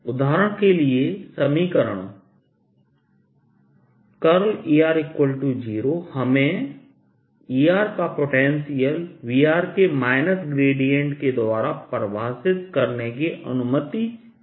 उदाहरण के लिए समीकरण Er0हमें Erको पोटेंशियल Vr के माइनस ग्रेडियंट के द्वारा परिभाषित करने की अनुमति देता है